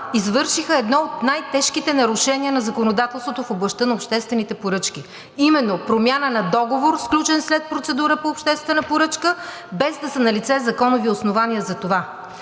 извършиха едно от най-тежките нарушения на законодателството в областта на обществените поръчки – именно, промяна на договор, сключен след процедура по обществена поръчка, без да са налице законови основания за това.